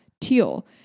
teal